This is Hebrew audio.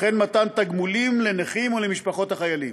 ומתן תגמולים לנכים ולמשפחות החיילים.